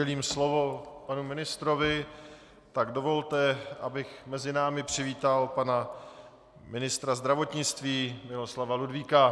Než udělím slovo panu ministrovi, tak dovolte, abych mezi námi přivítal pana ministra zdravotnictví Miloslava Ludvíka.